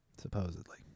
Supposedly